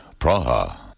Praha